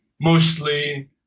mostly